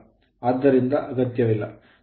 ಆದ್ದರಿಂದ ಅಗತ್ಯವಿಲ್ಲ